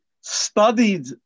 studied